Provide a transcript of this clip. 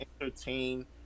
entertain